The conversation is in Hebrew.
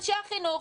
אנשי החינוך,